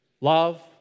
love